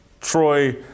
Troy